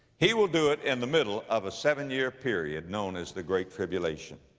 he will do it in the middle of a seven-year period known as the great tribulation.